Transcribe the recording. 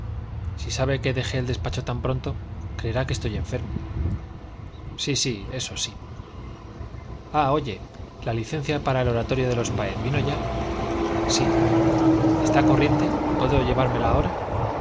si sabe que dejé el despacho tan pronto creerá que estoy enfermo sí sí eso sí ah oye la licencia para el oratorio de los de páez vino ya sí está corriente puedo llevármela ahora